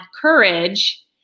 courage